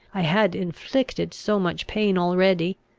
i had inflicted so much pain already.